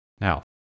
Now